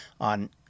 on